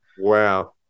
Wow